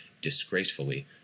disgracefully